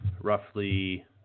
roughly